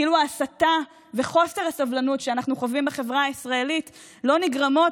כאילו ההסתה וחוסר הסובלנות שאנחנו חווים בחברה הישראלית לא נגרמות